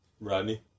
Rodney